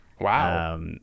Wow